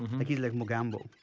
like he's like mogambo.